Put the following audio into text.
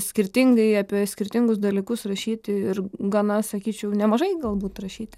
skirtingai apie skirtingus dalykus rašyti ir gana sakyčiau nemažai galbūt rašyti